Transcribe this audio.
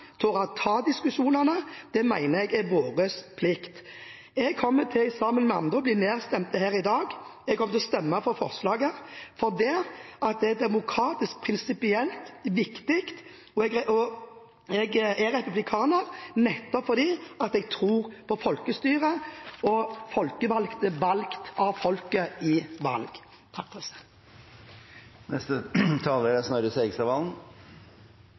å tørre å ta diskusjonene. Det mener jeg er vår plikt. Jeg kommer sammen med andre til å bli nedstemt her i dag. Jeg kommer til å stemme for forslaget fordi det er demokratisk prinsipielt viktig. Jeg er republikaner nettopp fordi jeg tror på folkestyret og på folkevalgte, valgt av folket i valg.